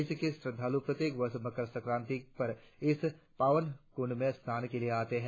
देशभर से श्रद्धालु प्रत्येक वर्ष मकर संक्रांति पर इस पावन कुंड में स्नान के लिए आते है